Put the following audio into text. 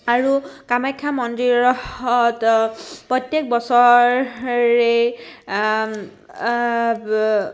আৰু কামাখ্যা মন্দিৰত প্ৰত্যেক বছৰৰেই